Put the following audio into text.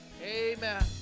amen